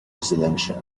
residential